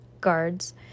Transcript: guards